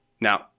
Now